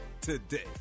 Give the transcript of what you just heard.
today